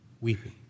weeping